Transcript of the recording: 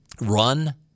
run